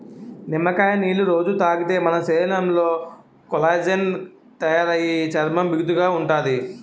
నిమ్మకాయ నీళ్ళు రొజూ తాగితే మన శరీరంలో కొల్లాజెన్ తయారయి చర్మం బిగుతుగా ఉంతాది